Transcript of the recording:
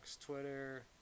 Twitter